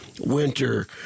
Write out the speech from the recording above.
winter